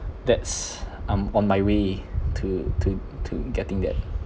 that's I'm on my way to to to getting that